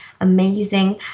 amazing